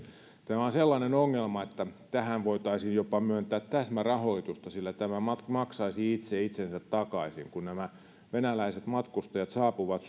tämä on sellainen ongelma että tähän voitaisiin myöntää jopa täsmärahoitusta sillä tämä maksaisi itse itsensä takaisin kun nämä venäläiset matkustajat saapuvat